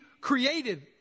created